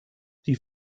die